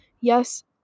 yes